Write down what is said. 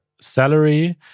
salary